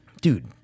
Dude